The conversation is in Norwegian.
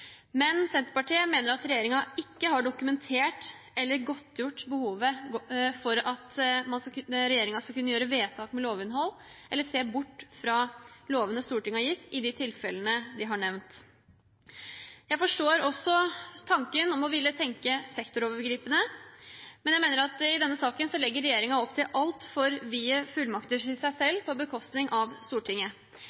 men Senterpartiet mener at regjeringen ikke har dokumentert eller godtgjort behovet for at regjeringen skal kunne gjøre vedtak med lovinnhold eller se bort fra lovene Stortinget har gitt, i de tilfellene de har nevnt. Jeg forstår også tanken om å ville tenke sektorovergripende, men jeg mener at i denne saken legger regjeringen opp til altfor vide fullmakter til seg